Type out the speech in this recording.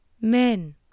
men